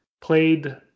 played